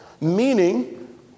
meaning